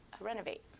renovate